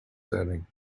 setting